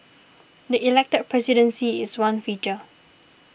the elected presidency is one feature